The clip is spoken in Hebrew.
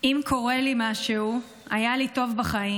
"אם קורה לי משהו, היה לי טוב בחיים.